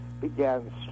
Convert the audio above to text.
began